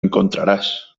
encontrarás